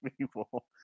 people